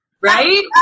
Right